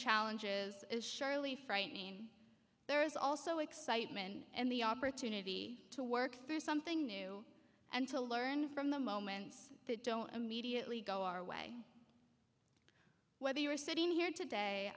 challenges is surely frightening there is also excitement and the opportunity to work through something new and to learn from the moments that don't immediately go our way whether you are sitting here today